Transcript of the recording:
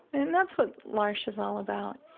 and that's what l'arche is all about,